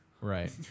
Right